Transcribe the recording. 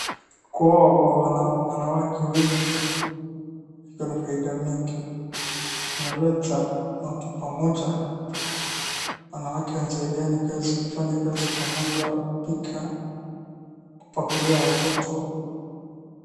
Kuoa kwa wanawake wengi iko na faida mingi inaleta watu pamoja. Wanawake wanasaidiana kazi, kufanya kazi pamoja, kupika, kupakulia watoto.